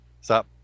Stop